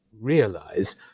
realize